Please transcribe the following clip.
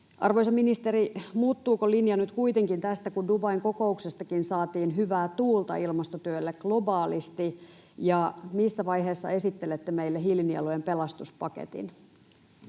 Arvoisa ministeri, muuttuuko linja nyt kuitenkin tästä, kun Dubain kokouksestakin saatiin hyvää tuulta ilmastotyölle globaalisti, ja missä vaiheessa esittelette meille hiilinielujen pelastuspaketin?